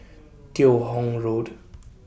Teo Hong Road